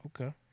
Okay